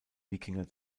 wikinger